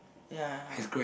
ya